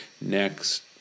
next